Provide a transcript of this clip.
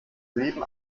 blieben